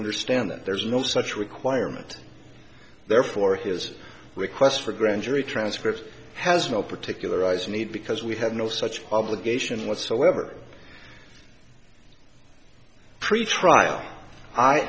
understand that there's no such requirement therefore his request for grand jury transcripts has no particular eyes need because we have no such obligation whatsoever pretrial i